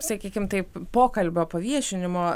sakykim taip pokalbio paviešinimo